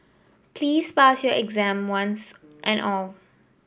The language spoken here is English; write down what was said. please pass your exam once and all